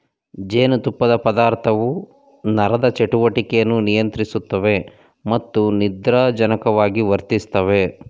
ಜೇನುತುಪ್ಪದ ಪದಾರ್ಥವು ನರದ ಚಟುವಟಿಕೆಯನ್ನು ನಿಯಂತ್ರಿಸುತ್ತವೆ ಮತ್ತು ನಿದ್ರಾಜನಕವಾಗಿ ವರ್ತಿಸ್ತವೆ